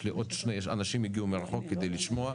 יש לי עוד אנשים שהגיעו מרחוק לפה כדי לשמוע.